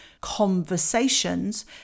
conversations